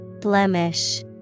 Blemish